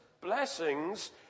blessings